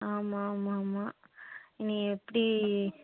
ஆமாம் ஆமாம் ஆமாம் இனி எப்படி